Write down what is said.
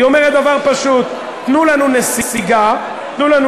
היא אומרת דבר פשוט: תנו לנו נסיגה מוחלטת,